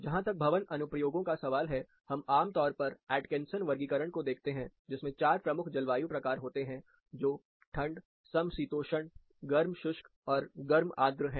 जहां तक भवन अनुप्रयोगों का सवाल है हम आमतौर पर एटकिंसन वर्गीकरण को देखते हैं जिसमें 4 प्रमुख जलवायु प्रकार होते हैं जो ठंड समशीतोष्ण गर्म शुष्क और गर्म आर्द्र हैं